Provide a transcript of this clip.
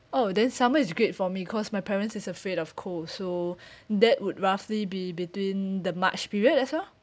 oh then summer is great for me cause my parents is afraid of cold so that would roughly be between the march period as well